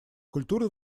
культура